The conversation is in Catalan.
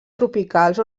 tropicals